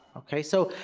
okay so,